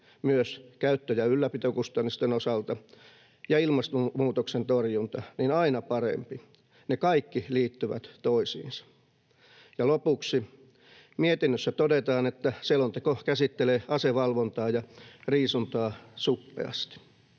myös käyttö‑ ja ylläpitokustannusten osalta ja ilmastonmuutoksen torjunta, niin aina parempi. Ne kaikki liittyvät toisiinsa. Ja lopuksi: Mietinnössä todetaan, että selonteko käsittelee asevalvontaa ja ‑riisuntaa suppeasti.